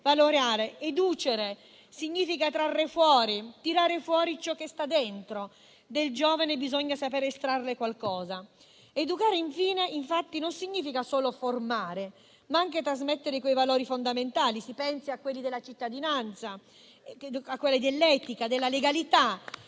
valoriale. *Educere* significa trarre fuori, tirare fuori ciò che sta dentro; dal giovane bisogna saper estrarre qualcosa. Educare, infine, non significa solo formare, ma anche trasmettere valori fondamentali: si pensi a quelli della cittadinanza, dell'etica e della legalità